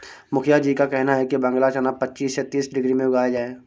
मुखिया जी का कहना है कि बांग्ला चना पच्चीस से तीस डिग्री में उगाया जाए